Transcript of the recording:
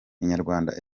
inyarwanda